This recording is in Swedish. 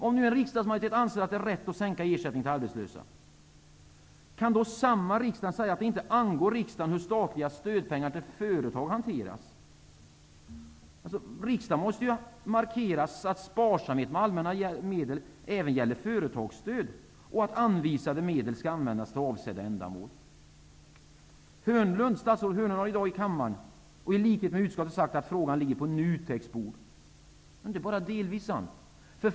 Om nu en riksdagsmajoritet anser att det är rätt att sänka ersättningen till arbetslösa kan då samma riksdag säga att det inte angår riksdagen hur statliga stödpengar till företag hanteras? Riksdagen måste markera att sparsamhet med allmänna medel även gäller företagsstöd och att anvisade medel skall användas till avsedda ändamål. Statsrådet Hörnlund har i dag i kammaren sagt -- i likhet med utskottet -- att frågan ligger på NUTEK:s bord. Det är bara delvis sant.